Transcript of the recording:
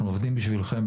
אנחנו עובדים בשבילכם,